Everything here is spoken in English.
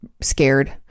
scared